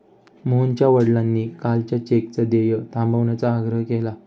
मोहनच्या वडिलांनी कालच्या चेकचं देय थांबवण्याचा आग्रह केला आहे